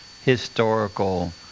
historical